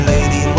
Lady